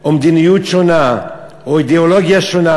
או מדיניות שונה או אידיאולוגיה שונה,